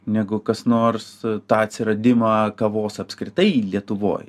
negu kas nors tą atsiradimą kavos apskritai lietuvoj